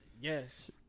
yes